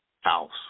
house